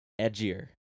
edgier